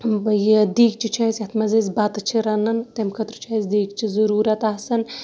یہِ دِکچہِ چھُ اَسہِ یَتھ منٛز أسۍ بَتہٕ چھِ رَنان تَمہٕ خٲطرٕ چھُ اَسہِ دِکچہٕ ضرورت آسان